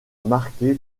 marqué